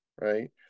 right